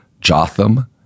Jotham